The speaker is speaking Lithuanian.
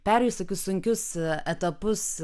perėjus tokius sunkius etapus